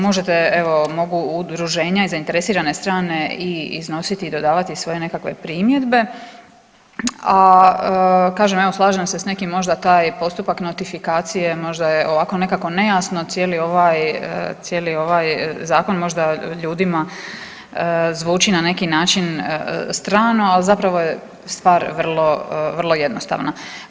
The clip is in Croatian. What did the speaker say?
Možete evo, mogu udruženja i zainteresirane strane i iznositi i dodavati svoje nekakve primjedbe, a kažem evo slažem se s nekim možda taj postupak notifikacije možda je ovako nekako nejasno cijeli ovaj, cijeli ovaj zakon možda ljudima zvuči na neki način strano, a zapravo je stvar vrlo, vrlo jednostavna.